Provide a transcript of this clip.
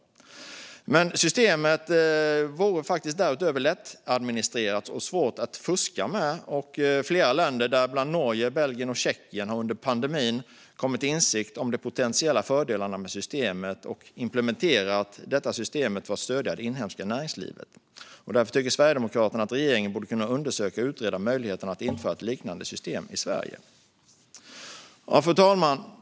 Systemet vore därutöver lättadministrerat och svårt att fuska med. Flera länder, däribland Norge, Belgien och Tjeckien, har under pandemin kommit till insikt om de potentiella fördelarna med carry back och därför implementerat systemet för att stödja det inhemska näringslivet. Därför tycker Sverigedemokraterna att regeringen borde kunna undersöka och utreda möjligheten att införa ett liknande system i Sverige. Fru talman!